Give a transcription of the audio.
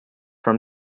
from